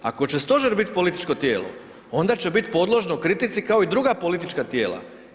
Ako će stožer biti političko tijelo onda će biti podložno kritici kao i druga politička tijela.